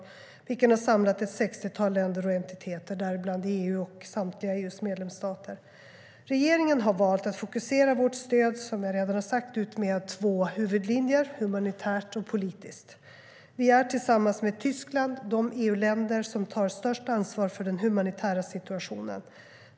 Denna koalition har samlat ett 60-tal länder och entiteter, däribland EU och samtliga EU:s medlemsstater. Regeringen har valt att fokusera vårt stöd, som jag redan har sagt, utmed två huvudlinjer: humanitärt och politiskt. Vi är, tillsammans med Tyskland, det EU-land som tar störst ansvar för den humanitära situationen.